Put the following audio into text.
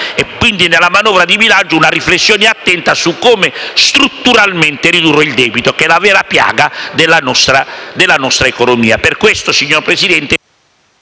quindi nella manovra di bilancio, una riflessione attenta su come ridurre strutturalmente il debito, che è la vera piaga della nostra economia. Per questo, signor Presidente,